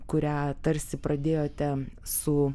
kurią tarsi pradėjote su